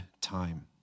time